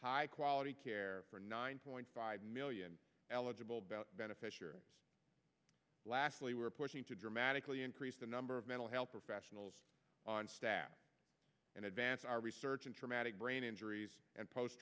high quality care for nine point five million eligible bout beneficiaries lastly we are pushing to dramatically increase the number of mental health professionals on staff in advance are researching traumatic brain injuries and post